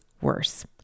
worse